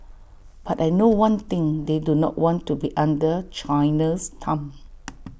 but I know one thing they do not want to be under China's thumb